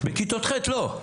בכיתות ח' לא.